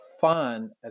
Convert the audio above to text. fun